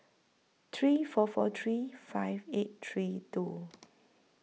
three four four three five eight three two